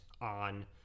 on